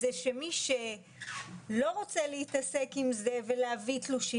שמי שלא רוצה להתעסק עם זה ולהביא תלושי